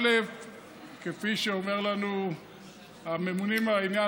כפי שאומרים לנו הממונים על העניין,